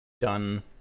done